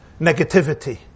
negativity